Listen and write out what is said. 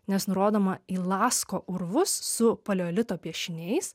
nes nurodoma į lasko urvus su paleolito piešiniais